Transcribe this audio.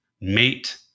mate